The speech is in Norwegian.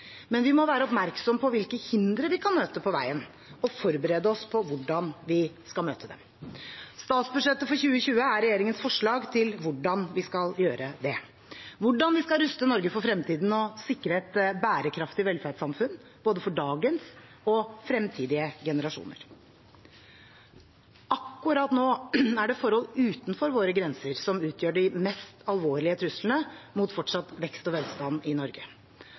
Men vi må være oppmerksomme på hvilke hindre vi kan møte på veien, og forberede oss på hvordan vi skal møte dem. Statsbudsjettet for 2020 er regjeringens forslag til hvordan vi skal gjøre det, hvordan vi skal ruste Norge for fremtiden og sikre et bærekraftig velferdssamfunn både for dagens og fremtidige generasjoner. Akkurat nå er det forhold utenfor våre grenser som utgjør de mest alvorlige truslene mot fortsatt vekst og velstand i Norge.